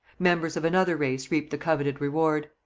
members of another race reaped the coveted reward.